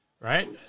Right